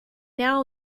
now